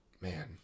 man